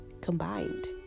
combined